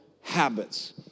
habits